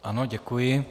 Ano, děkuji.